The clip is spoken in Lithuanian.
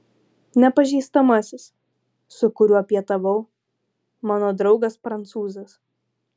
nepažįstamasis su kuriuo pietavau mano draugas prancūzas